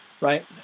right